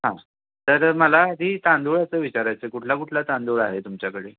हां तर मला आधी तांदूळाचं विचारायचं कुठला कुठला तांदूळ आहे तुमच्याकडे